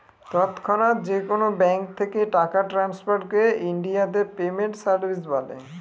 তৎক্ষণাৎ যেকোনো ব্যাঙ্ক থেকে টাকা ট্রান্সফারকে ইনডিয়াতে পেমেন্ট সার্ভিস বলে